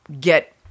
get